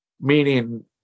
Meaning